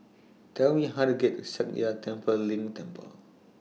Tell Me How to get to Sakya Tenphel Ling Temple